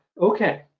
okay